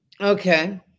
Okay